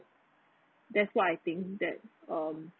that's why I think that um